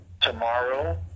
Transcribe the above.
tomorrow